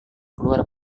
keluar